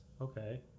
Okay